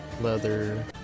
leather